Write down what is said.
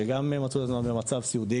שגם מוצאים את עצמם לפתע במצב סיעודי,